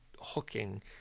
hooking